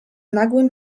nagłym